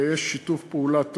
ויש שיתוף פעולה טוב.